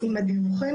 בטח.